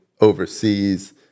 overseas